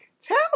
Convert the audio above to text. Tell